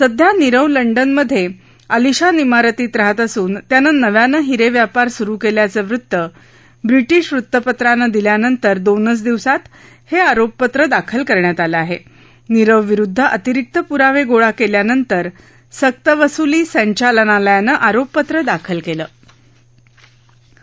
सध्या नीरव लंडनमध आलिशान शारतीत राहत असून त्यानं नव्यानं हिरश व्यापार सुरु कल्याचं वृत्त ब्रिटिश वृत्तपत्रानं दिल्यानंतर दोन दिवसातच हक्रिरोपपत्र दाखल करण्यात आलं आह जीरवविरुद्ध अतिरिक्त पुरावजीळा कल्यानंतर सक्तवसुली संचालनालयानं आरोपपत्र दाखल कलि